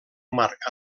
marc